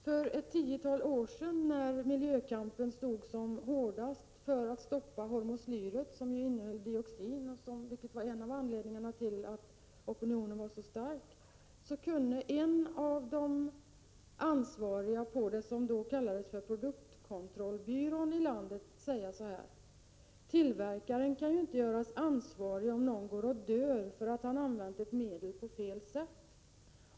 För ett tiotal år sedan, när miljökampen för att stoppa användningen av hormoslyr — liksom nu beträffande dioxin — var som hårdast och opinionen var mycket stark, kunde en av de ansvariga för det som då kallades produktkontrollbyrån säga så här: Tillverkaren kan ju inte göras ansvarig om någon dör för att han har använt ett medel på fel sätt.